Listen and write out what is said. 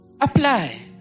Apply